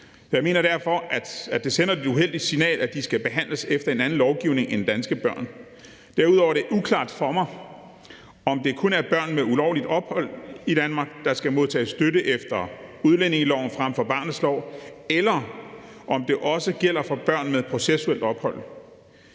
Jeg mener derfor, at det sender et uheldigt signal, at de skal behandles efter en anden lovgivning end danske børn. Derudover er det uklart for mig, om det kun er børn med ulovligt ophold i Danmark, der skal modtage støtte efter udlændingeloven frem for barnets lov, eller om det også gælder for børn med processuelt ophold.